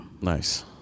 Nice